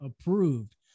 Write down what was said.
approved